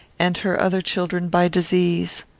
and her other children by disease.